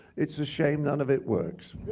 it's a shame none of it works.